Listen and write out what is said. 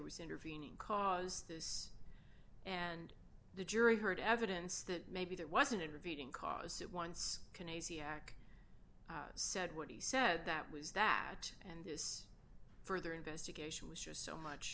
was intervening cause this and the jury heard evidence that maybe there was an intervening cause that once conies yak said what he said that was that and this further investigation was just so much